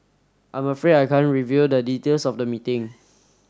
I'm afraid I can't reveal the details of the meeting